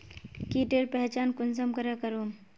कीटेर पहचान कुंसम करे करूम?